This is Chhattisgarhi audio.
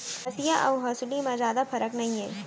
हँसिया अउ हँसुली म जादा फरक नइये